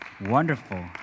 wonderful